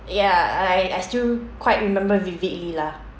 ya I I still quite remember vividly lah